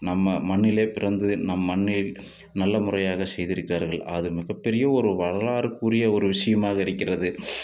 நம்ம மண்ணிலே பிறந்து நம் மண்ணில் நல்ல முறையாக செய்திருக்கிறார்கள் அது மிகப்பெரிய ஒரு வரலாறுக்குரிய ஒரு விஷயமாக இருக்கிறது